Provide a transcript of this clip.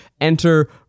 enter